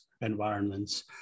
environments